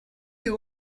you